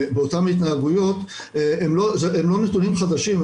באותן התנהגויות הם לא נתונים חדשים.